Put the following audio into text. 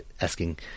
asking